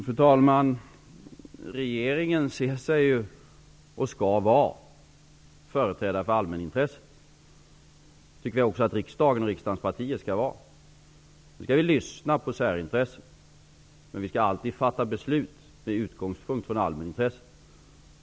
Fru talman! Regeringen ser sig vara -- och skall så vara -- företrädare för allmänintresset. Det tycker vi också att riksdagen och riksdagens partier skall vara. Visst skall vi lyssna på särintressen, men vi skall alltid fatta beslut med utgångspunkt i allmänintressen.